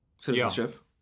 Citizenship